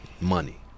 Money